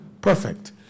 perfect